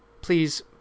please